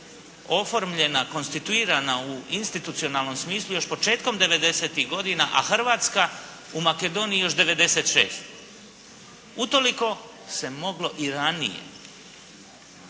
oformljena, konstituirana u institucionalnom smislu još početkom '90.-tih godina, a Hrvatska u Makedoniji još '96. Utoliko se moglo i ranije.